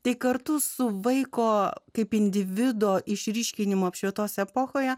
tik kartu su vaiko kaip individo išryškinimo apšvietos epochoje